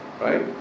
right